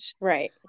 right